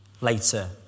Later